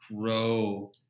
grow